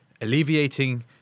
alleviating